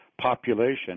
population